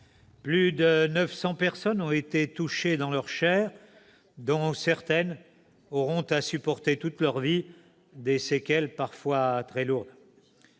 Plus de 900 personnes ont été touchées dans leur chair ; certaines auront à supporter toute leur vie des séquelles parfois très lourdes.